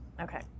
Okay